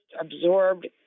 absorbed